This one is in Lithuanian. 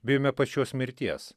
bijome pačios mirties